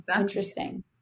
interesting